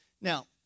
Now